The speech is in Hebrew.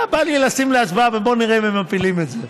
בא לי לשים להצבעה, ובוא נראה אם הם מפילים את זה.